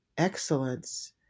excellence